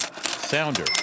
sounder